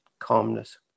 calmness